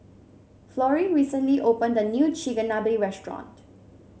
Florie recently opened a new Chigenabe restaurant